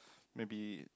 maybe